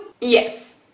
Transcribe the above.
Yes